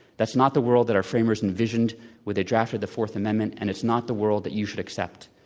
that's not the world that our framers envisioned when they drafted the fourth amendment, and it's not the world that you should accept.